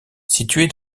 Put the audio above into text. située